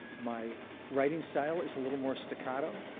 my writing style is a little more staccato,